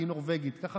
כי היא נורבגית.